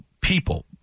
people